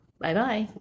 Bye-bye